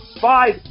five